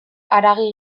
haragi